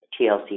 TLC